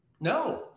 No